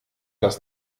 das